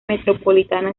metropolitana